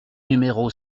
numéro